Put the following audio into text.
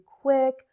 quick